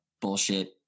bullshit